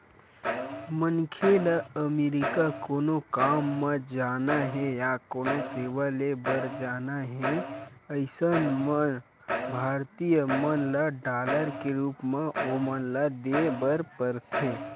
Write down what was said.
मनखे ल अमरीका कोनो काम म जाना हे या कोनो सेवा ले बर जाना हे अइसन म भारतीय मन ल डॉलर के रुप म ओमन ल देय बर परथे